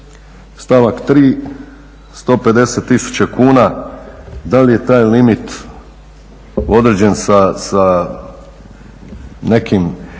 stavak 3. 150 tisuća kuna, da li je taj limit određen sa nekim